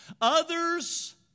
Others